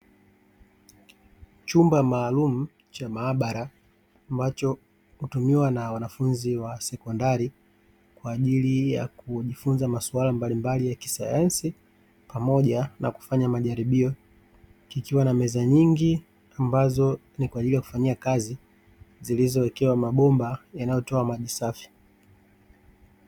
Chumba maalumu cha maabara ambacho hutumiwa na wanafunzi wa sekondari, kwa ajili ya kujifunza masuala mbalimbali ya kisayansi pamoja na kufanya majaribio, kikiwa na meza nyingi ambazo ni kwa ajili ya kufanyia kazi zilizowekewa mabomba yanayotoa maji safi.